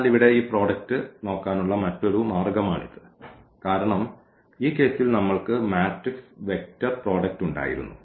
അതിനാൽ ഇവിടെ ഈ പ്രോഡക്റ്റ് നോക്കാനുള്ള മറ്റൊരു മാർഗ്ഗമാണിത് കാരണം ഈ കേസിൽ നമ്മൾക്ക് മാട്രിക്സ് വെക്റ്റർ പ്രോഡക്റ്റ് ഉണ്ടായിരുന്നു